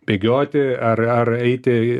bėgioti ar ar eiti į